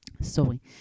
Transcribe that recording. sorry